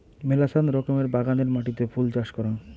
মেলাচান রকমের বাগানের মাটিতে ফুল চাষ করাং